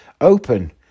open